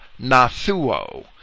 nathuo